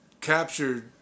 captured